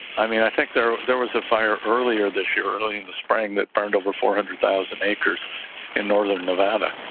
i mean i think there there was a fire earlier earlier this year early in the spraying that burned over four hundred thousand acres in northern nevada.